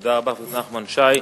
תודה רבה לחבר הכנסת נחמן שי.